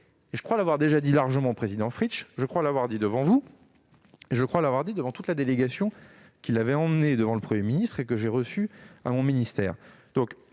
Je crois l'avoir déjà dit au président Édouard Fritch, je crois l'avoir dit devant vous et je crois l'avoir dit devant toute la délégation qui avait été emmenée devant le Premier ministre et que j'ai reçue à mon ministère.